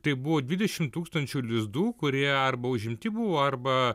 tai buvo dvidešim tūkstančių lizdų kurie arba užimti buvo arba